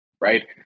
right